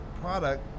product